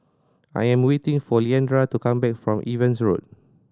I am waiting for Leandra to come back from Evans Road